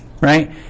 right